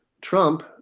Trump